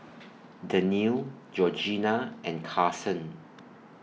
Dannielle Georgianna and Carson